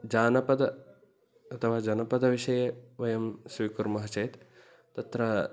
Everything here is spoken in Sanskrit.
जानपदम् अथवा जनपदविषये वयं स्वीकुर्मः चेत् तत्र